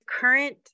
current